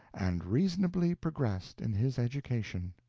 and reasonably progressed in his education.